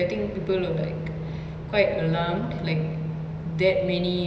local cases especially in the dormitories and all that but ya the situation is like